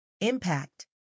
Impact